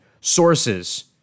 sources